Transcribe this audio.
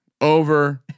Over